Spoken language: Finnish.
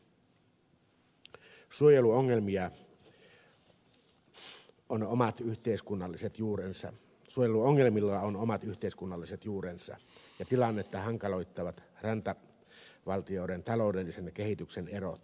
suojeluongelmilla on omat yhteiskunnalliset juurensa ja tilannetta hankaloittavat rantavaltioiden taloudellisen kehityksen erot